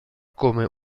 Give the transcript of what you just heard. come